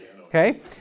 okay